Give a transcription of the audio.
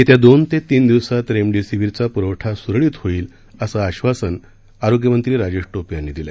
येत्या दोन ते तीन दिवसात रेमडेसिवीरचा प्रवठा स्रळीत होईल असं आश्वासन राज्याचे आरोग्यमंत्री राजेश टोपे यांनी दिलं